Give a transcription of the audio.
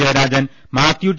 Jayarajan Mathew T